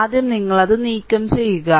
ആദ്യം നിങ്ങൾ അത് നീക്കംചെയ്യുക